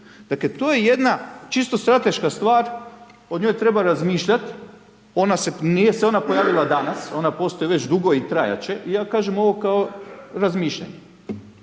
Dakle, to je jedna čisto strateška stvar, o njoj treba razmišljati, ona se, nije se ona pojavila danas, ona postoji već dugo i trajati će i ja kažem ovo kao razmišljanje.